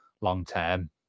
long-term